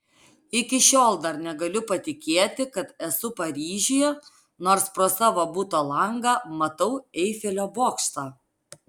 iki šiol dar negaliu patikėti kad esu paryžiuje nors pro savo buto langą matau eifelio bokštą